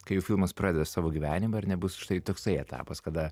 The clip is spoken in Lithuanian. kai filmas pradeda savo gyvenimą ar ne bus štai toksai etapas kada